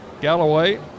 Galloway